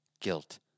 guilt